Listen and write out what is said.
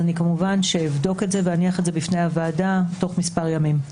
אני אבדוק את זה ואניח בפני הוועדה תוך מספר ימים.